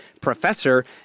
professor